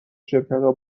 شرکتا